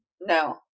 no